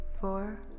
four